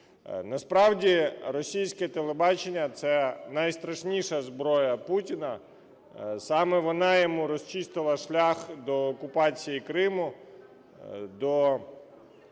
Насправді, російське телебачення – це найстрашніша зброя Путіна, саме вона йому розчистила шлях до окупації Криму, до